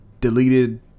deleted